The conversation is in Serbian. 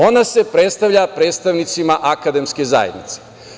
Ona se predstavlja predstavnicima akademske zajednice.